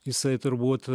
jisai turbūt